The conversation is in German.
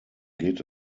geht